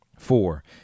four